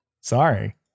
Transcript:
Sorry